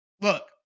look